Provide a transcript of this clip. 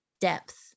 depth